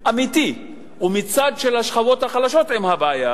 אמיתי מצד השכבות החלשות עם הבעיה,